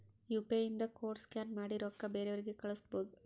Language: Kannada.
ಯು ಪಿ ಐ ಇಂದ ಕೋಡ್ ಸ್ಕ್ಯಾನ್ ಮಾಡಿ ರೊಕ್ಕಾ ಬೇರೆಯವ್ರಿಗಿ ಕಳುಸ್ಬೋದ್